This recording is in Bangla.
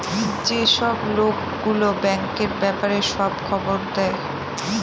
যেসব লোক গুলো ব্যাঙ্কের ব্যাপারে সব খবর দেয়